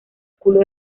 culo